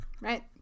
Right